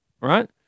right